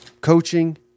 coaching